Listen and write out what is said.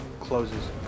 closes